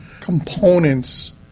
components